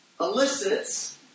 elicits